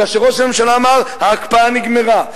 כאשר ראש הממשלה אמר: ההקפאה נגמרה.